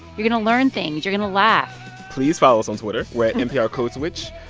you're going to learn things. you're going to laugh please follow us on twitter. we're at nprcodeswitch.